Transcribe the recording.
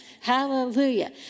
Hallelujah